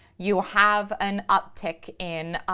you have an uptick in,